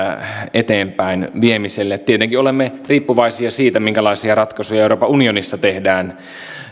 eteenpäinviemiselle tietenkin olemme riippuvaisia siitä minkälaisia ratkaisuja euroopan unionissa tehdään